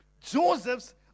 Joseph's